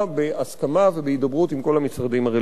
בהסכמה ובהידברות עם כל המשרדים הרלוונטיים.